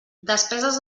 despeses